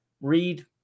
read